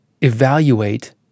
evaluate